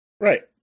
Right